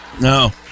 No